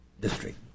district